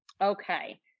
Okay